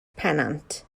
pennant